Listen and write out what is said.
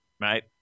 Right